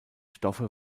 stoffe